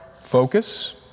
focus